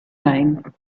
name